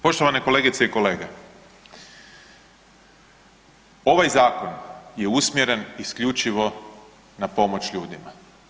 Poštovane kolegice i kolege, ovaj zakon je usmjeren isključivo na pomoć ljudima.